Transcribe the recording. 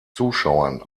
zuschauern